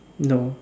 no